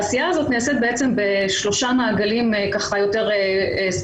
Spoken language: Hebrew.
העשייה הזאת נעשית בשלושה מעגלים יותר ספציפיים.